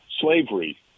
slavery